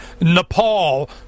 Nepal